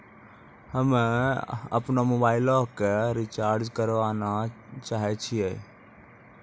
हम्मे अपनो मोबाइलो के रिचार्ज करना चाहै छिये